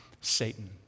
Satan